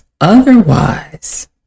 Otherwise